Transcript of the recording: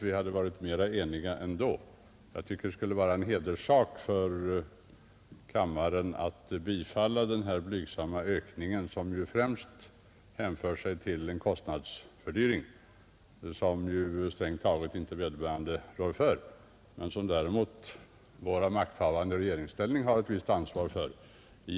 Jag tycker att det skulle vara en hederssak för kammaren att biträda den här blygsamma ökningen, som främst hänför sig till en kostnadsfördyring som strängt taget inte vederbörande rår för men som däremot våra makthavande i regeringsställning har ett visst ansvar för.